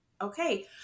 okay